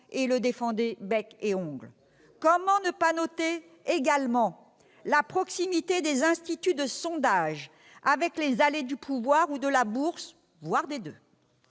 et le défendaient bec et ongles. C'est vrai ! Comment ne pas noter également la proximité des instituts de sondage avec les allées du pouvoir ou de la bourse, voire des deux ?